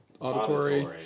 Auditory